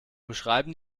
beschreiben